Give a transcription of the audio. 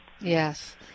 Yes